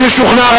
אני משוכנע,